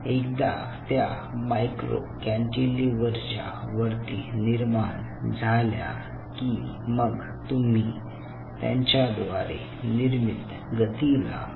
एकदा त्या micro cantilever च्या वरती निर्माण झाल्या की मग तुम्ही त्यांच्याद्वारे निर्मित गतीला मोजू शकता